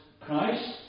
Christ